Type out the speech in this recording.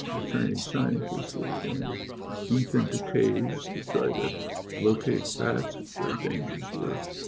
the chinese scientists are going deep into caves to try to locate bats, it's very dangerous work.